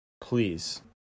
please